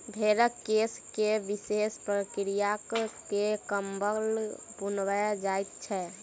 भेंड़क केश के विशेष प्रक्रिया क के कम्बल बुनल जाइत छै